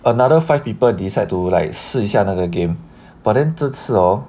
another five people decide to like 试一下那个 game but then 这次哦